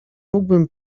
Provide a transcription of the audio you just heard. mógłbym